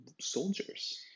soldiers